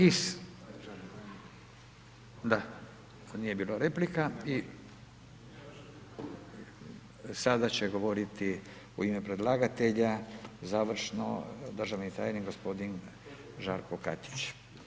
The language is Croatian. I, da nije bilo replika, i sada će govoriti u ime predlagatelja, završno, državni tajnik, gospodin Žarko Katić.